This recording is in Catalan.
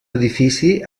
edifici